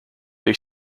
they